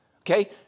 Okay